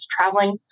traveling